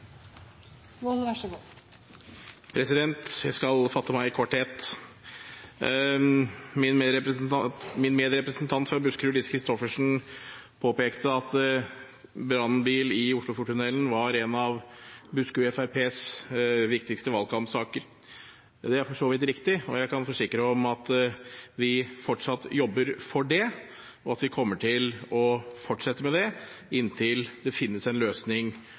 er for så vidt riktig, og jeg kan forsikre om at vi fortsatt jobber for det, og at vi kommer til å fortsette med det inntil det